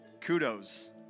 Kudos